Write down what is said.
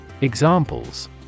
Examples